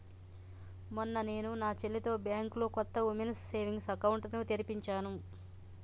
మొన్న నేను నా చెల్లితో బ్యాంకులో కొత్త ఉమెన్స్ సేవింగ్స్ అకౌంట్ ని తెరిపించాను